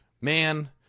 man